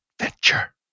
Adventure